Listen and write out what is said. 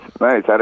nice